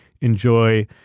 enjoy